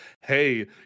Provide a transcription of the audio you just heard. hey